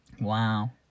Wow